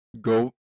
go